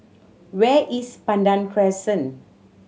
where is Pandan Crescent